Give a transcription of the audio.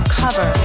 cover